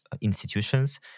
institutions